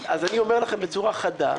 אז אני אומר לכם בצורה חדה.